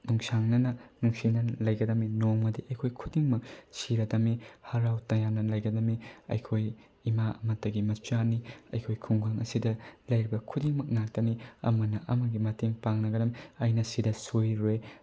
ꯅꯨꯡꯁꯥꯡꯅꯅ ꯅꯨꯡꯁꯤꯅ ꯂꯩꯒꯗꯃꯤ ꯅꯣꯡꯃꯗꯤ ꯑꯩꯈꯣꯏ ꯈꯨꯗꯤꯡꯃꯛ ꯁꯤꯔꯗꯃꯤ ꯍꯔꯥꯎ ꯇꯌꯥꯝꯅ ꯂꯩꯒꯗꯃꯤ ꯑꯩꯈꯣꯏ ꯏꯃꯥ ꯑꯃꯠꯇꯒꯤ ꯃꯆꯥꯅꯤ ꯑꯩꯈꯣꯏ ꯈꯨꯡꯒꯪ ꯑꯁꯤꯗ ꯂꯩꯕ ꯈꯨꯗꯤꯡꯃꯛ ꯉꯥꯛꯇꯅꯤ ꯑꯃꯅ ꯑꯃꯒꯤ ꯃꯇꯦꯡ ꯄꯥꯡꯅꯒꯗꯝꯅꯤ ꯑꯩꯅ ꯁꯤꯗ ꯁꯣꯏꯔꯨꯔꯦ